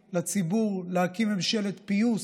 להקים ממשלת פיוס,